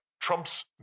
Trump's